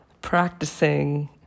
practicing